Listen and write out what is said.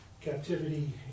captivity